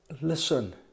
listen